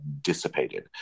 dissipated